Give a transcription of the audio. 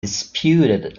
disputed